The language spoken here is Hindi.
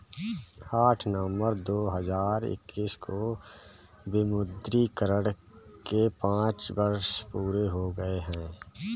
आठ नवंबर दो हजार इक्कीस को विमुद्रीकरण के पांच वर्ष पूरे हो गए हैं